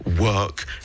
work